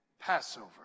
passover